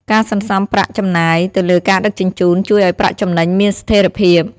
ការសន្សំប្រាក់ចំណាយទៅលើការដឹកជញ្ជូន ជួយឱ្យប្រាក់ចំណេញមានស្ថិរភាព។